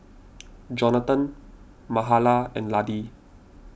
Jonatan Mahala and Laddie